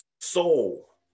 Soul